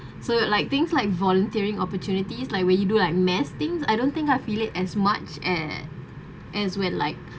so like things like volunteering opportunities like where you do like mass things I don't think I feel it as much a~ as when like